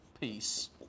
peace